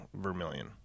Vermilion